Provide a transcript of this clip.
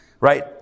right